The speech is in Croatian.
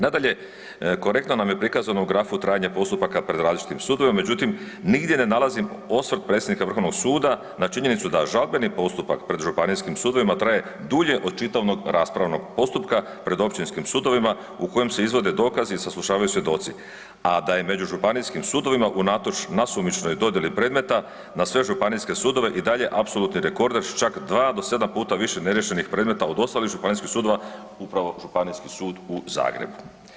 Nadalje, korektno nam je prikazano u grafu trajanje postupaka pred različitim sudovima međutim nigdje ne nalazim osvrt predsjednika Vrhovnog suda na činjenicu da žalbeni postupak pred županijskim sudovima traje dulje od čitavog raspravnog postupka pred općinskim sudovima u kojem se izvode dokazi i saslušavaju svjedoci, a da je među županijskim sudovima unatoč nasumičnoj dodijeli predmeta na sve županijske sudove i dalje apsolutni rekorder s čak 2 do 7 puta više neriješenih predmeta od ostalih županijskih sudova upravo Županijski sud u Zagrebu.